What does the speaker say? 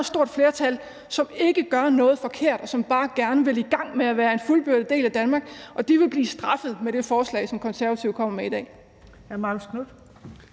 stort flertal, som ikke gør noget forkert, og som bare gerne vil i gang med at være en fuldbyrdet del af Danmark, og de vil blive straffet med det forslag, som Konservative kommer med i dag.